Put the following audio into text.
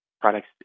products